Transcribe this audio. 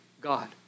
God